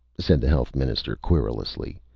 said the health minister querulously.